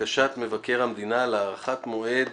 בקשת מבקר המדינה להארכת מועד